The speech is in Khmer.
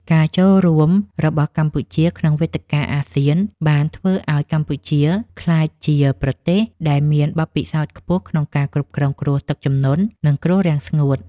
ការចូលរួមរបស់កម្ពុជាក្នុងវេទិកាអាស៊ានបានធ្វើឱ្យកម្ពុជាក្លាយជាប្រទេសដែលមានបទពិសោធន៍ខ្ពស់ក្នុងការគ្រប់គ្រងគ្រោះទឹកជំនន់ និងគ្រោះរាំងស្ងួត។